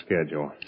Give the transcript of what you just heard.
schedule